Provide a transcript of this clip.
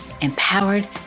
empowered